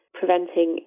preventing